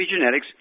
Epigenetics